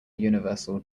universal